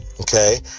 okay